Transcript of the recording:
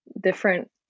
different